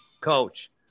coach